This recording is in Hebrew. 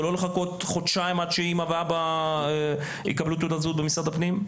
ולא לחכות חודשיים עד שאמא ואבא יקבלו תעודות זהות במשרד הפנים?